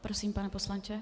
Prosím, pane poslanče.